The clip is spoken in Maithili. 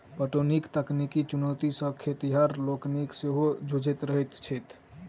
पटौनीक तकनीकी चुनौती सॅ खेतिहर लोकनि सेहो जुझैत रहैत छथि